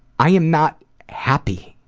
i am not happy